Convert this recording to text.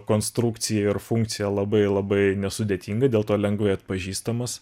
konstrukcija ir funkcija labai labai nesudėtinga dėl to lengvai atpažįstamas